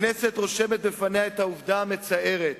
הכנסת רושמת בפניה את העובדה המצערת